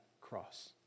cross